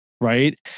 Right